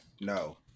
no